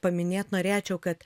paminėt norėčiau kad